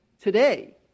today